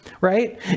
right